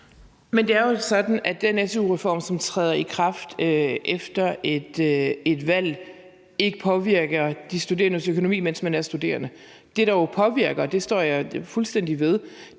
Men det er jo sådan, at den su-reform, som træder i kraft efter et valg, ikke påvirker de studerendes økonomi, mens de er studerende. Det, der jo påvirker dem – og det står jeg fuldstændig ved